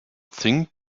thing